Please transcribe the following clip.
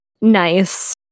nice